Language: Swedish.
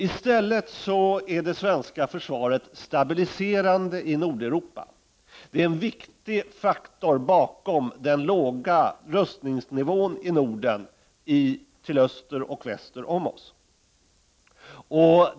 I stället är det svenska försvaret stabiliserande i Nordeuropa. Det är en viktig faktor bakom den låga rustningsnivån i Norden till öster och väster om oss.